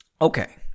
Okay